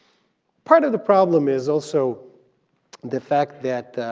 part of the problem is also the fact that